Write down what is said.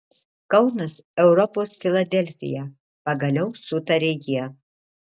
kaunas europos filadelfija pagaliau sutarė jie